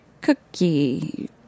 cookie